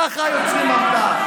ככה יוצרים עמדה.